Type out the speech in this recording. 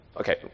Okay